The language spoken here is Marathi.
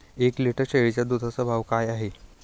एक लिटर शेळीच्या दुधाचा भाव काय आहे?